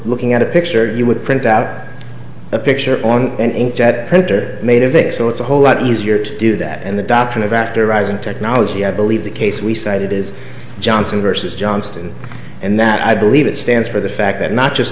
looking at a picture you would print out a picture on an inkjet printer made of it so it's a whole lot easier to do that and the doctrine of after rising technology i believe the case we cited is johnson versus johnston and that i believe it stands for the fact that not just